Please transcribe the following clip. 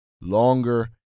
longer